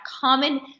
common